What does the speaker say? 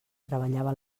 treballava